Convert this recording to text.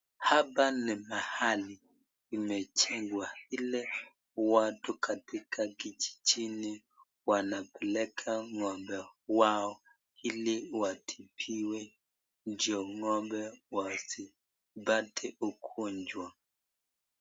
Hapa ni mahali imejengwa ili watu katika kijijini wanapeleka ng'ombe wao ili watibiwe ndio ng'ombe wasipate ugonjwa.